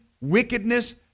wickedness